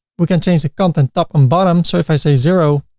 we can change the content top and bottom. so if i say zero,